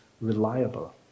reliable